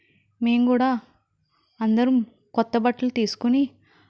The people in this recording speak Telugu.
మేము కూడా అందరము కొత్త బట్టలు తీసుకుని